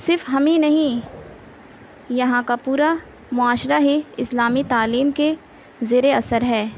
صرف ہمیں نہیں یہاں کا پورا معاشرہ ہی اسلامی تعلیم کے زیر اثر ہے